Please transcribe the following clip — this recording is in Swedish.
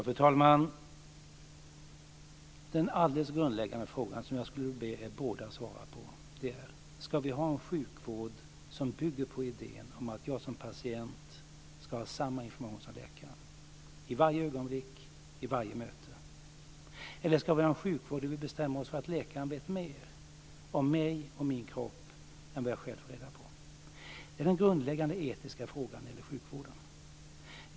Fru talman! Den alldeles grundläggande fråga som jag skulle vilja be båda de övriga debattdeltagarna att svara på är: Ska vi ha en sjukvård som bygger på idén att jag som patient ska ha samma information som läkaren i varje ögonblick och varje möte eller ska vi ha en sjukvård där vi bestämmer oss för att läkaren vet mer om mig och min kropp än vad jag själv får reda på? Det är den grundläggande etiska frågan när det gäller sjukvården.